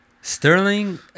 Sterling